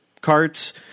carts